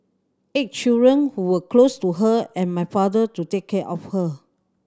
eight children who were close to her and my father to take care of her